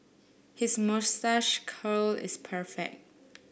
his moustache curl is perfect